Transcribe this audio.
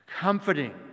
comforting